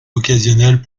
occasionnelles